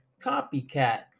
copycat